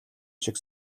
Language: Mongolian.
шиг